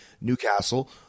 Newcastle